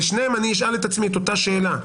בשניהם אני אשאל את עצמי את אותה שאלה,